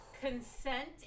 Consent